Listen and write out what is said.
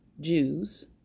Jews